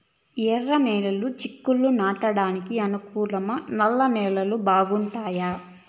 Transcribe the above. ఎర్రనేలలు చిక్కుళ్లు నాటడానికి అనుకూలమా నల్ల నేలలు బాగుంటాయా